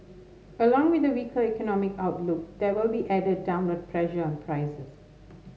along with the weaker economic outlook there will be added downward pressure on prices